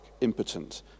impotent